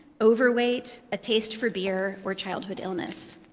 overweight, a taste for beer, or childhood illness.